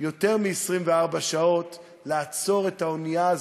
יותר מ-24 שעות לעצור את האונייה הזאת,